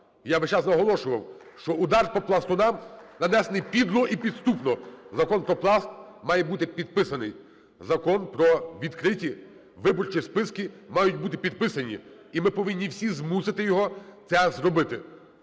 Я весь час наголошував, що удар по Пласту нам нанесений підло і підступно, Закон про Пласт має бути підписаний. Закон про відкриті виборчі списки, має бути підписаний, і ми повинні всі змусити його це зробити.